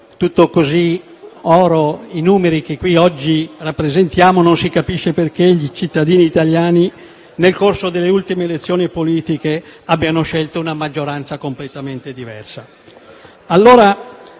tutti "oro" i numeri che in questa sede oggi rappresentiamo, non si capisce perché i cittadini italiani, nel corso delle ultime elezioni politiche, abbiano scelto una maggioranza completamente diversa.